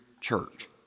church